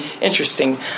interesting